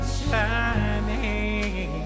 shining